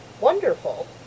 Wonderful